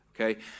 okay